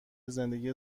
زندگی